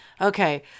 Okay